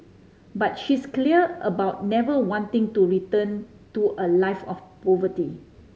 but she's clear about never wanting to return to a life of poverty